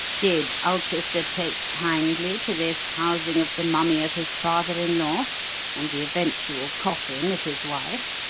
did ulchester take kindly to this housing of the mummy of his father-in-law and the eventual coffin of his wife?